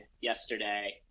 yesterday